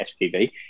SPV